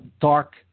dark